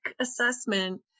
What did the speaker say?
assessment